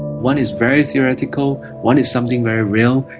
one is very theoretical, one is something very real.